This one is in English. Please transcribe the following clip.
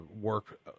work